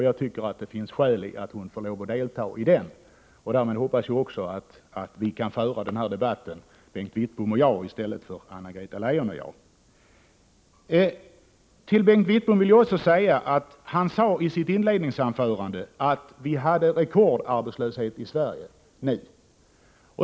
Jag tycker att det finns skäl för henne att delta i den. Därmed hoppas jag att Bengt Wittbom och jag kan föra den här debatten i stället för Anna-Greta Leijon och Bengt Wittbom. Bengt Wittbom sade i sitt inledningsanförande att vi har rekordarbetslöshet i Sverige.